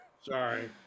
Sorry